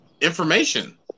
information